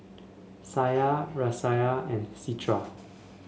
Syah Raisya and Citra